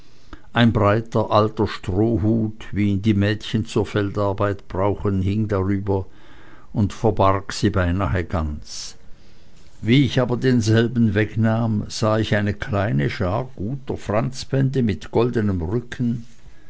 ein breiter alter strohhut wie ihn die mädchen zur feldarbeit brauchen hing darüber und verbarg sie beinahe ganz wie ich denselben aber wegnahm sah ich eine kleine schar guter franzbände mit goldenem rücken